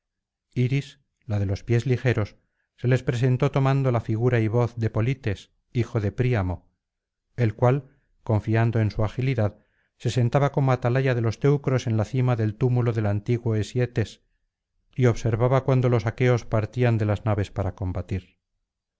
iris la de los pies ligeros se les presentó tomando la figura y voz de polites hijo de príamo el cual confiando en su agilidad se sentaba como atalaya de los teucros en la cima del túmulo del antiguo esietes y observaba cuando los aqueos partían de las naves para combatir